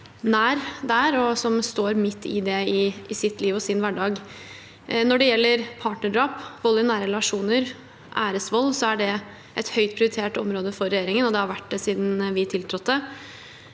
og som står midt i det i sitt liv og sin hverdag. Når det gjelder partnerdrap, vold i nære relasjoner og æresvold, er det et høyt prioritert område for regjeringen, og det har det vært siden vi tiltrådte.